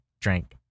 drank